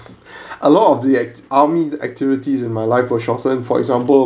a lot of the act army activities in my life was shortened for example